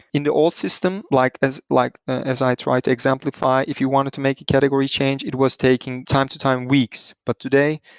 in the old system, like as like as i tried to exemplify, if you wanted to make a category, it was taking time to time weeks. but today,